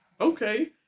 Okay